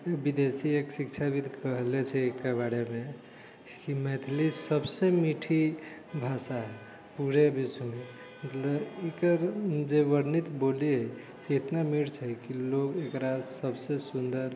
विदेशी एक शिक्षाविद् कहले छै एकरा बारेमे की मैथिली सबसँ मीठी भाषा है पूरे विश्वमे मतलब एकर जे वर्णित बोली है से इतना मीठ छै की लोग एकरा सबसँ सुन्दर